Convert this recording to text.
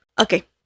Okay